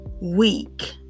week